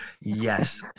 Yes